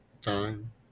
time